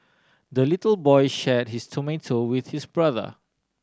the little boy shared his tomato with his brother